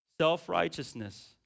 Self-righteousness